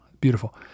beautiful